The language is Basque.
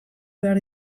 behar